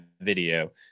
video